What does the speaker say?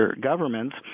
governments